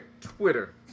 Twitter